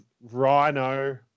Rhino